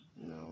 No